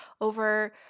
over